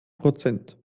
prozent